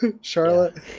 Charlotte